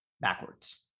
backwards